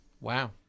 Wow